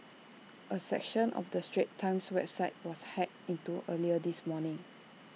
A section of the straits times website was hacked into earlier this morning